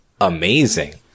amazing